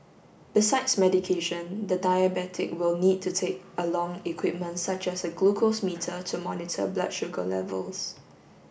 besides medication the diabetic will need to take along equipment such as a glucose meter to monitor blood sugar levels